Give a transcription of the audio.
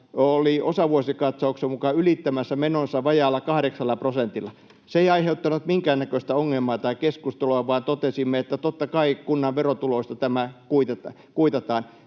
oli osavuosikatsauksen mukaan ylittämässä menonsa vajaalla kahdeksalla prosentilla. Se ei aiheuttanut minkään näköistä ongelmaa tai keskustelua, vaan totesimme, että totta kai kunnan verotuloista tämä kuitataan.